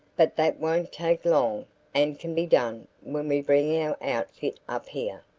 but that won't take long and can be done when we bring our outfit up here.